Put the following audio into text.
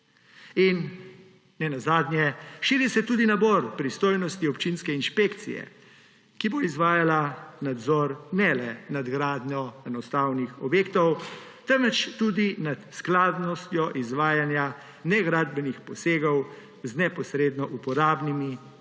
In ne nazadnje, širi se tudi nabor pristojnosti občinske inšpekcije, ki bo izvajala nadzor ne le nad gradnjo enostavnih objektov, temveč tudi nad skladnostjo izvajanja negradbenih posegov z neposredno uporabnimi temeljnimi